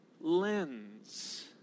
lens